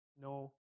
no